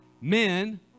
men